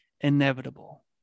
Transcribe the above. inevitable